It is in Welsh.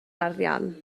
arian